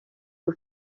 who